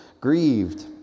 grieved